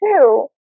two